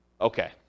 okay